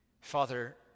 Father